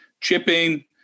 chipping